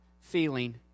feeling